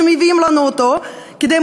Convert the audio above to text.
שמביאים לנו אותו כדי,